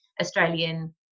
Australian